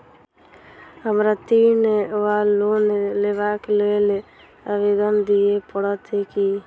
हमरा ऋण वा लोन लेबाक लेल आवेदन दिय पड़त की?